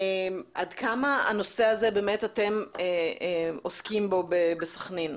עד כמה הנושא הזה, באמת אתם עוסקים בו בסח'נין?